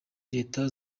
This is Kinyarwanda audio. leta